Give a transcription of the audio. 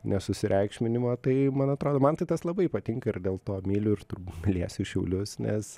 nesusireikšminimo tai man atrodo man tai tas labai patinka ir dėl to myliu ir turbūt mylėsiu šiaulius nes